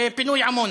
לפינוי עמונה.